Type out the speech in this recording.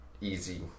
easy